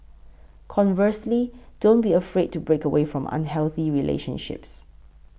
conversely don't be afraid to break away from unhealthy relationships